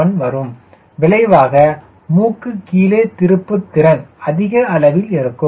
1 வரும் விளைவாக மூக்கு கீழே திருப்புத்திறன் அதிக அளவில் இருக்கும்